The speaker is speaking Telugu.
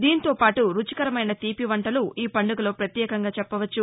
దాంతోపాటు రుచికరమైన తీపి వంటలు ఈ పండుగలో ప్రత్యేకతగా చెప్పవచ్చు